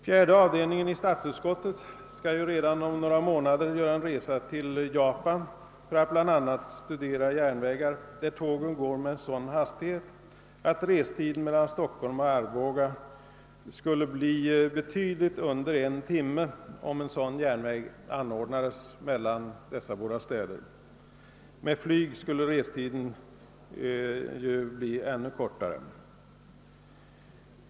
Fjärde avdelningen i statsutskottet skall redan om några månader göra en resa till Japan för att bland annat studera järnvägar, där tågen går med sådan hastighet att restiden mellan Stockholm och Arboga skulle bli betydligt under en timme, om en sådan järnväg anordnades mellan dessa båda städer. Med flyg skulle restiden bli ännu kortare.